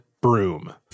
broom